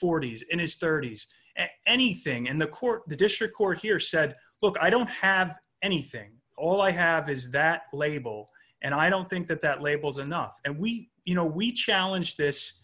forty's in his thirty's and anything in the court the district court here said look i don't have anything all i have is that label and i don't think that that labels enough and we you know we challenge this